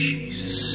Jesus